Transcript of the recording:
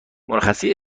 مرخصی